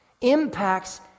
impacts